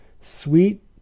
Sweet